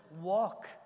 walk